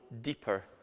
deeper